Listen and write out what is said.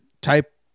type